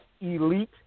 elite